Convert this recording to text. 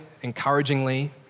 encouragingly